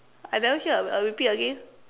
I never hear uh repeat again